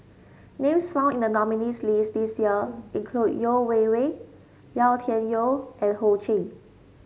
names found in the nominees' list this year include Yeo Wei Wei Yau Tian Yau and Ho Ching